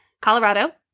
Colorado